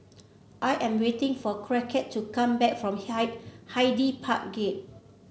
I am waiting for Crockett to come back from Hyde Park Gate